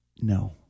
No